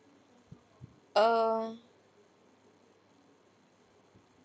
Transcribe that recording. err